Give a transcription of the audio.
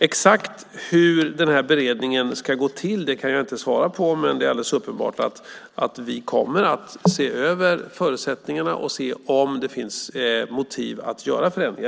Jag kan inte svara på frågan om hur den här beredningen exakt ska gå till, men det är alldeles uppenbart att vi kommer att se över förutsättningarna och se om det finns motiv att göra förändringar.